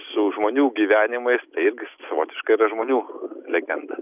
su žmonių gyvenimais tai irgi savotiška yra žmonių legenda